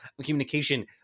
communication